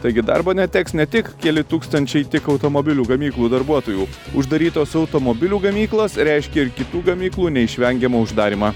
taigi darbo neteks ne tik keli tūkstančiai tiek automobilių gamyklų darbuotojų uždarytos automobilių gamyklos reiškia ir kitų gamyklų neišvengiamą uždarymą